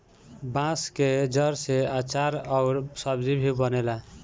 बांस के जड़ से आचार अउर सब्जी भी बनेला